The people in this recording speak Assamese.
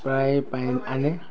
প্ৰায় আনে